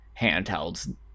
handhelds